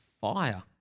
fire